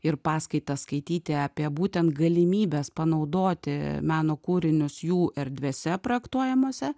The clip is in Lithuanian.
ir paskaitas skaityti apie būtent galimybes panaudoti meno kūrinius jų erdvėse projektuojamose